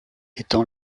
étant